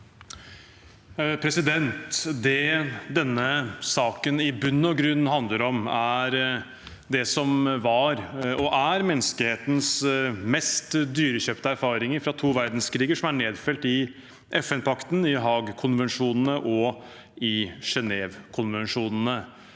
Det denne saken i bunn og grunn handler om, er det som var og er menneskehetens mest dyrekjøpte erfaringer fra to verdenskriger, som er nedfelt i FN-pakten, i Haagkonvensjonene og i Genèvekonvensjonene